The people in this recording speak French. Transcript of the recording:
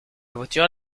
voiture